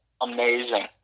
amazing